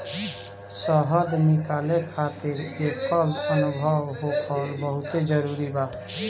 शहद निकाले खातिर एकर अनुभव होखल बहुते जरुरी हवे